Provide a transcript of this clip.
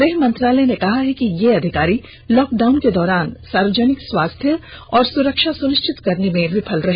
गृह मंत्रालय ने कहा हैं कि ये अधिकारी लाँकडाउन के दौरान सार्वजनिक स्वास्थ्य और सुरक्षा सुनिश्चित करेने में विफल रहे